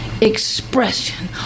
expression